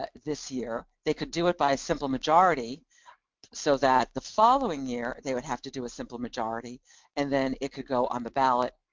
ah this year, they could do it by simple majority so that the following year they would have to do a simple majority and then it could go on the ballot